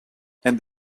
and